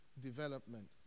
development